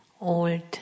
old